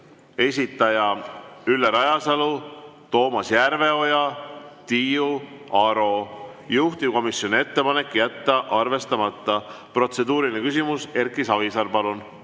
esitajad Ülle Rajasalu, Toomas Järveoja ja Tiiu Aro. Juhtivkomisjoni ettepanek on jätta arvestamata. Protseduuriline küsimus. Erki Savisaar, palun!